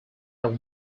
are